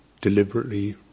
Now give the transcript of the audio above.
deliberately